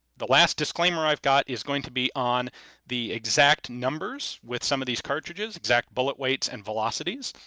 the last disclaimer i've got is going to be on the exact numbers with some of these cartridges, exact bullet weights and velocities.